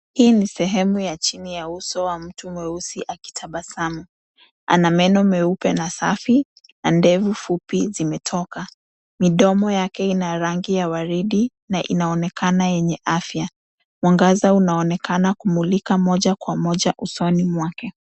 Hii ni sehemu ya chini ya uso wa mtu mweusi akitabasamu. Ana meno meupe na safi na ndevu fupi zimetoka. Midomo yakeina rangi ya waridi na inaonekana yenye afya. Mwangaza unaonekana kumulika moja kwa moja usoni mwake.